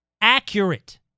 accurate